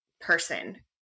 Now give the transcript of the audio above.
person